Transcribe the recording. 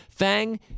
FANG